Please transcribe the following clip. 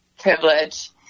privilege